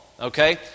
okay